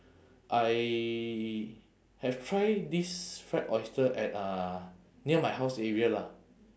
I have try this fried oyster at uh near my house area lah